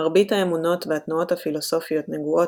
מרבית האמונות והתנועות הפילוסופיות נגועות,